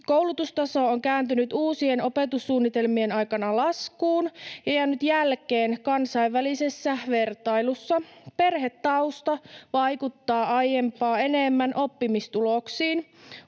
koulutustaso on kääntynyt uusien opetussuunnitelmien aikana laskuun ja jäänyt jälkeen kansainvälisessä vertailussa. Perhetausta vaikuttaa aiempaa enemmän oppimistuloksiin.